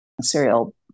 serial